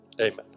amen